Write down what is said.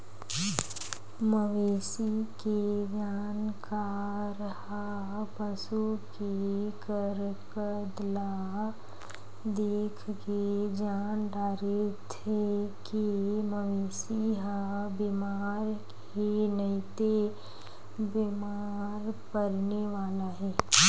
मवेशी के जानकार ह पसू के हरकत ल देखके जान डारथे के मवेशी ह बेमार हे नइते बेमार परने वाला हे